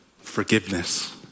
forgiveness